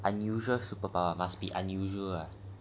unusual superpower must be unusual lah